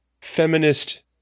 feminist